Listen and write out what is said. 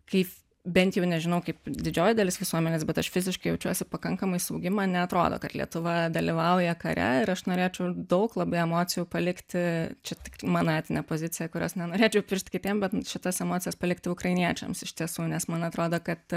kaip bent jau nežinau kaip didžioji dalis visuomenės bet aš fiziškai jaučiuosi pakankamai saugi man neatrodo kad lietuva dalyvauja kare ir aš norėčiau daug labai emocijų palikti čia mano etinė pozicija kurios nenorėčiau piršti kitiems bet šitas emocijas palikti ukrainiečiams iš tiesų nes man atrodo kad